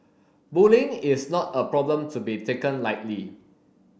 bullying is not a problem to be taken lightly